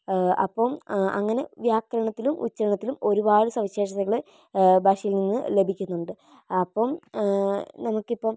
അപ്പം അങ്ങെനെ വ്യാകരണത്തിലും ഉച്ചാരണത്തിലും ഒരുപാട് സവിശേഷതകള് ഭാഷയില് നിന്നു ലഭിക്കുന്നുണ്ട് അപ്പം നമുക്ക് ഇപ്പം